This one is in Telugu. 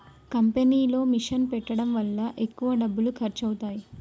కంపెనీలో మిషన్ పెట్టడం వల్ల ఎక్కువ డబ్బులు ఖర్చు అవుతాయి